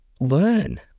learn